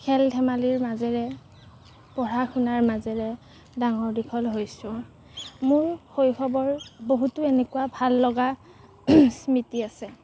খেল ধেমালিৰ মাজেৰে পঢ়া শুনাৰ মাজেৰে ডাঙৰ দীঘল হৈছোঁ মোৰ শৈশৱৰ বহুতো এনেকুৱা ভাল লগা স্মৃতি আছে